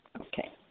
Okay